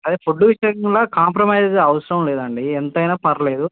అయ్యా ఫుడ్డు విషయంలో కాంప్రమైజ్ అవసరం లేదండీ ఎంతైనా పర్లేదు